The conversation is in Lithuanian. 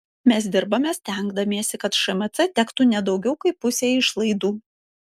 mes dirbame stengdamiesi kad šmc tektų ne daugiau kaip pusė išlaidų